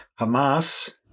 Hamas